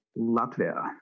Latvia